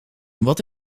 wat